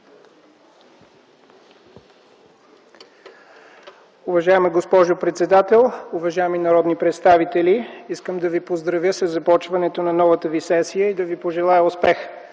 Уважаема госпожо председател, уважаеми народни представители! Искам да Ви поздравя със започването на новата сесия и да Ви пожелая: Успех!